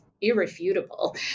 irrefutable